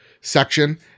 section